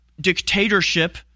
dictatorship